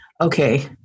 okay